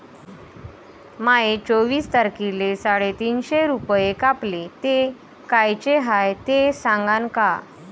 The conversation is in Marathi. माये चोवीस तारखेले साडेतीनशे रूपे कापले, ते कायचे हाय ते सांगान का?